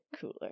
cooler